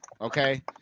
Okay